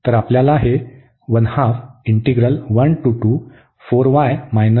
तर आपल्याला हे मिळेल